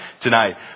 tonight